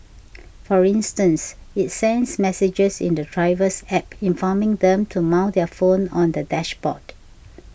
for instance it sends messages in the driver's App informing them to mount their phone on the dashboard